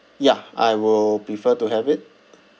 ya I will prefer to have it